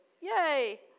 Yay